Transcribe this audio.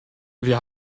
wir